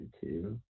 two